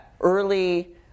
early